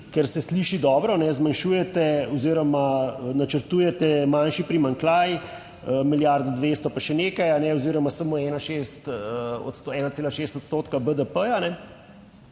ker se sliši dobro, zmanjšujete oziroma načrtujete manjši primanjkljaj, milijardo 200 pa še nekaj oziroma samo 1,6 odstotka BDP.